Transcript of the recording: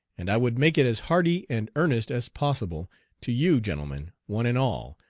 and i would make it as hearty and earnest as possible to you, gentlemen, one and all,